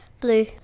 Blue